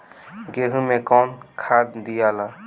गेहूं मे कौन खाद दियाला?